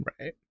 Right